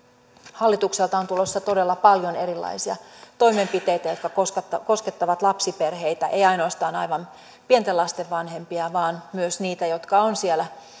hallitukselta on tulossa todella paljon erilaisia toimenpiteitä jotka koskettavat koskettavat lapsiperheitä eivät ainoastaan aivan pienten lasten vanhempia vaan myös heitä jotka ovat siellä